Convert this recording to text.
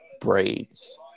braids